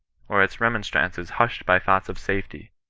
or its remonstrances hushed by thoughts of safety.